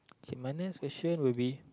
okay my next question will be